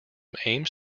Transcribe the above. aims